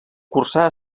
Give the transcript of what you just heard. cursà